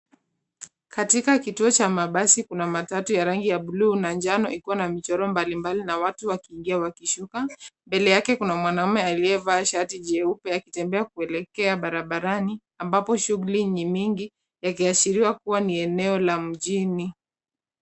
Katika kituo cha mabasi, kuna matatu ya rangi ya bluu na njano ikiwa na michoro mbalimbali na watu wakiingia au wakishuka. Mbele yake kuna mwanaume aliyevaa shati jeupe akitembea kuelekea barabarani ambapo shughuli ni nyingi yakiashiria kuwa ni eneo la mjini.